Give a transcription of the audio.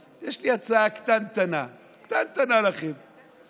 אז יש לי הצעה קטנטנה, קטנטנה, לכם: